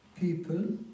people